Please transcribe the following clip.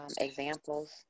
examples